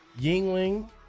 yingling